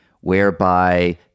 whereby